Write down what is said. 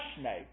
snake